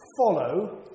follow